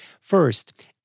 First